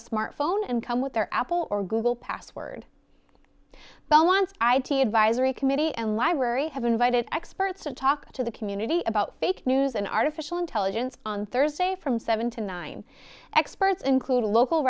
a smartphone and come with their apple or google password beaumont's id advisory committee and library have invited experts to talk to the community about fake news an artificial intelligence on thursday from seven to nine experts include a local